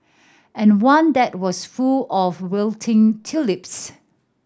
and one that was full of wilting tulips